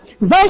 Verse